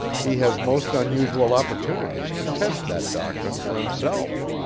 he has most unusual opportunities to test that doctrine for himself.